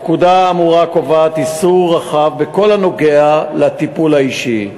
הפקודה האמורה קובעת איסור רחב בכל הקשור לטיפול האישי.